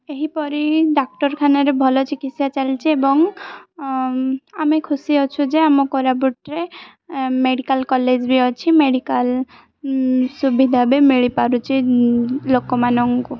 ଏହିପରି ଡାକ୍ଟରଖାନାରେ ଭଲ ଚିକିତ୍ସା ଚାଲିଛି ଏବଂ ଆମେ ଖୁସି ଅଛୁ ଯେ ଆମ କୋରାପୁଟରେ ମେଡ଼ିକାଲ୍ କଲେଜ୍ ବି ଅଛି ମେଡ଼ିକାଲ୍ ସୁବିଧା ବି ମିଳିପାରୁଛି ଲୋକମାନଙ୍କୁ